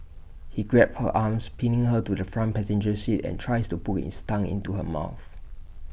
he grabbed her arms pinning her to the front passenger seat and tries to put his tongue into her mouth